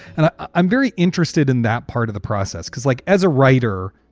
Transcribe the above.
and i'm very interested in that part of the process because like as a writer,